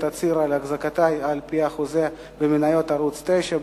תצהיר על אחזקותי על-פי החוזה במניות ערוץ-9,